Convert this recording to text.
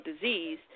disease